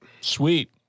sweet